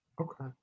Okay